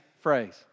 phrase